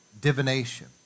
divination